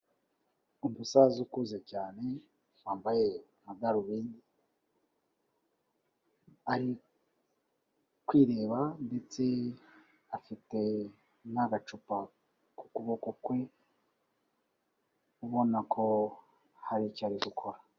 Umusaza ukuze cyane wambaye amadarubindi, ari kwireba ndetse afite n'agacupa ku kuboko kwe ubona ko hari icyo ari gukora.